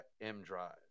M-Drive